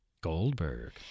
Goldberg